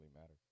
matter